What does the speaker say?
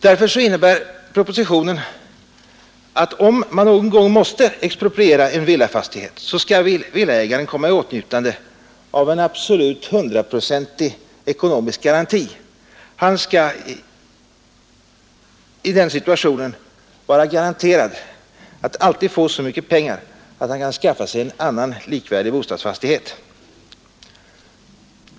Därför innebär propositionen att om man någon gång måste expropriera en villafastighet, så skall villaägaren komma i åtnjutande av en absolut hundraprocentig ekonomisk garanti. Han skall i den situationen vara garanterad att alltid få så mycket pengar att han kan skaffa sig en annan likvärdig bostadsfastighet.